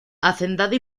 hacendado